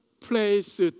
place